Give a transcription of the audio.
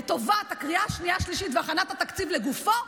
לטובת הקריאה השנייה והשלישית והכנת התקציב לגופו,